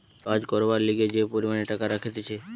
কাজ করবার লিগে যে পরিমাণে টাকা রাখতিছে